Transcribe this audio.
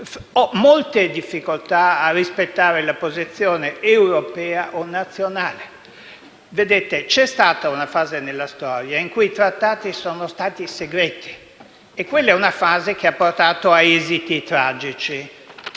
ho molte difficoltà a rispettare la posizione europea e nazionale. C'è stata una fase nella storia in cui i trattati sono stati segreti e quella è una fase che ha portato ad esiti tragici